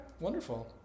wonderful